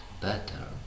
better